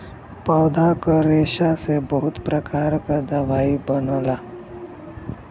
पौधा क रेशा से बहुत प्रकार क दवाई बनला